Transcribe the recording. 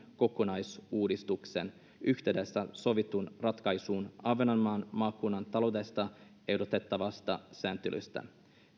kokonaisuudistuksen yhteydessä sovittuun ratkaisuun ahvenanmaan maakunnan taloudesta ehdotettavasta sääntelystä